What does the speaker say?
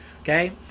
Okay